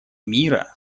мира